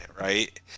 right